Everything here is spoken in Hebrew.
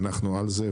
אנחנו על זה,